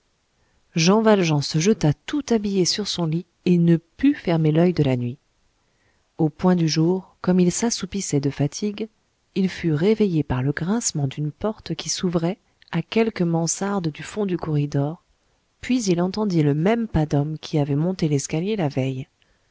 jean valjean se jeta tout habillé sur son lit et ne put fermer l'oeil de la nuit au point du jour comme il s'assoupissait de fatigue il fut réveillé par le grincement d'une porte qui s'ouvrait à quelque mansarde du fond du corridor puis il entendit le même pas d'homme qui avait monté l'escalier la veille